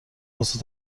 واسه